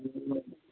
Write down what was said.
বিভিন্ন